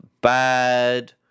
bad